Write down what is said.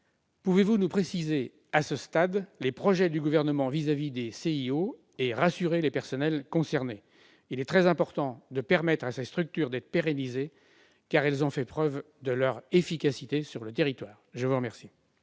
pouvez-vous nous préciser à ce stade les projets du Gouvernement à l'égard des CIO et rassurer les personnels concernés ? Il est très important de permettre à ces structures d'être pérennisées, car elles ont fait la preuve de leur efficacité sur le territoire. La parole